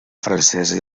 francesa